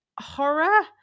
horror